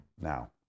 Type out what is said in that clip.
now